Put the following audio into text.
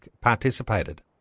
participated